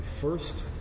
first